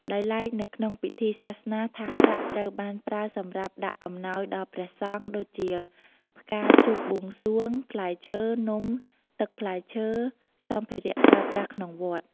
ដោយឡែនៅក្នុងពិធីសាសនាថាសប្រាក់ត្រូវបានប្រើសម្រាប់ដាក់អំណោយដល់ព្រះសង្ឃ ដូចជា ផ្កាជប់បួងសួង, ផ្លែឈើ, នំ, ទឹកផ្លែឈើ, សំភារៈប្រើប្រាស់ក្នុងវត្ត។